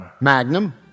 Magnum